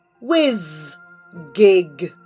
Whiz-gig